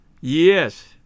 Yes